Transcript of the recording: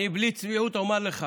אני בלי צביעות אומר לך,